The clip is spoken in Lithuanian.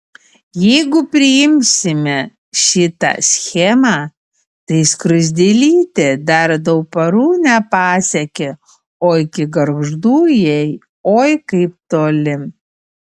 jeigu priimsime šitą schemą tai skruzdėlytė dar dauparų nepasiekė o iki gargždų jai oi kaip toli